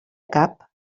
cap